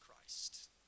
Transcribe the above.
Christ